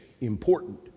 important